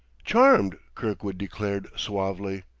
charmed, kirkwood declared suavely.